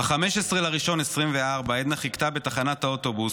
ב-15 בינואר 2024 עדנה חיכתה בתחנת האוטובוס,